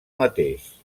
mateix